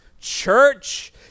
church